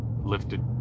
lifted